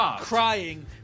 crying